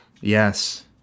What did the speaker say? Yes